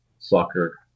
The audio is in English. soccer